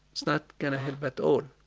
it's not going to help at all.